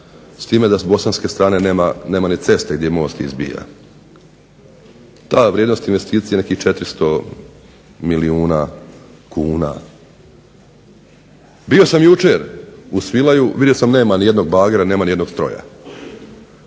s time da s bosanske strane nema ni ceste gdje most izbija. Ta vrijednost investicije je nekih 400 milijuna kuna. Bio sam jučer u Svilaju, vidio sam nema nijednog bagera, nema nijednog stroja.